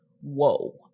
whoa